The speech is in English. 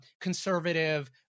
conservative